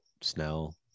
Snell